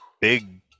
big